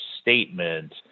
statement